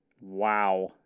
Wow